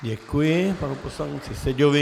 Děkuji panu poslanci Seďovi.